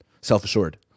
self-assured